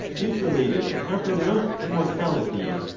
is related to have renounced immortality,